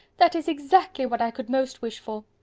that is exactly what i could most wish for.